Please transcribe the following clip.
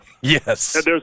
Yes